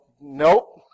nope